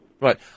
Right